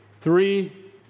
three